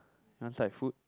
you want start with food